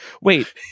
Wait